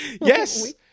yes